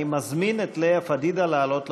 אני מזמין את לאה פדידה לעלות לדוכן.